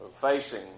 facing